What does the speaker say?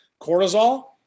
Cortisol